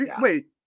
Wait